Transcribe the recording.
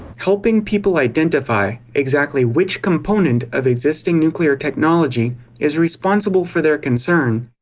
helping people identify exactly which component of existing nuclear technology is responsible for their concern,